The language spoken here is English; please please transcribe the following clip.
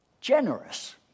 generous